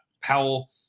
Powell